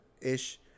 ish